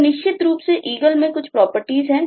तो निश्चित रूप से Eagle में कुछ प्रॉपर्टीज है